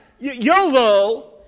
YOLO